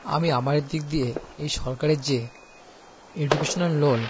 আমি আমাদের দিক দিয়ে এই সরকারের যে এডুকেশনাল লোন